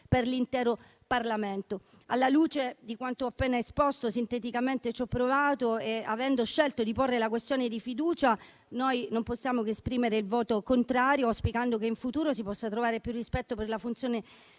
per l'intero Parlamento. Alla luce di quanto ho appena esposto sinteticamente (ci ho provato) e avendo scelto di porre la questione di fiducia, noi non possiamo che esprimere un voto contrario, auspicando che in futuro si possa trovare più rispetto per la funzione